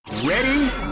Ready